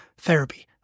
therapy